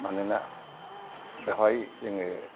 मानोना बेवहाय जोङो